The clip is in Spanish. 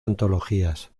antologías